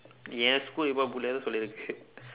என்:en school எப்போதும்:eppoothum தான் சொல்லிருக்கு:thaan sollirukku